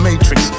Matrix